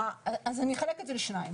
אחלק את זה לשתיים.